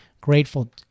grateful